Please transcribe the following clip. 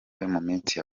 minsi